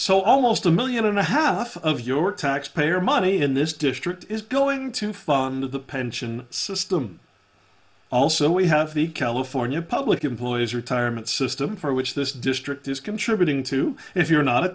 so almost a million and a half of your taxpayer money in this district is going to fund the pension system also we have the california public employees retirement system for which this district is contributing to if you're not a